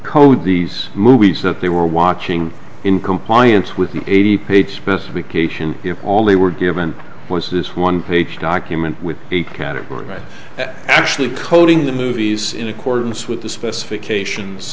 code these movies that they were watching in compliance with an eighty page specific all they were given was this one page document with a category that actually coding the movies in accordance with the specifications